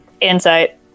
Insight